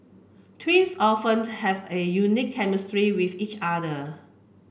twins often have a unique chemistry with each other